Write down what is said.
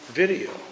video